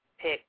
pick